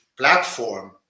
platform